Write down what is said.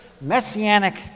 messianic